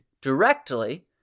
directly